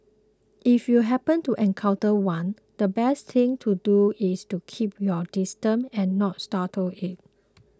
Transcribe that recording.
if you happen to encounter one the best thing to do is to keep your distance and not startle it